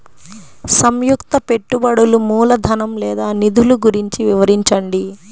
సంయుక్త పెట్టుబడులు మూలధనం లేదా నిధులు గురించి వివరించండి?